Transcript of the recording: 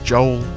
Joel